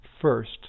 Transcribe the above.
first